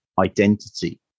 identity